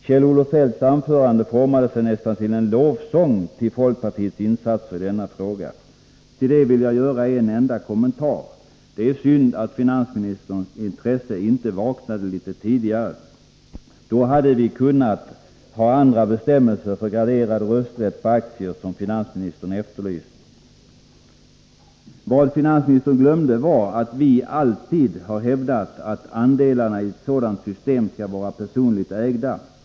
Kjell-Olof Feldts anförande formade sig nästan till en lovsång till folkpartiets insatser i denna fråga. Till det vill jag göra en enda kommentar. Det är synd att finansministerns intresse inte vaknade litet tidigare. Då hade vi kunnat ha andra bestämmelser för graderad rösträtt på aktier som finansministern efterlyste. Vad finansministern glömde var att vi alltid har hävdat att andelarna i ett del-i-vinst-system skall vara personligt ägda.